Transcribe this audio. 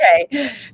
okay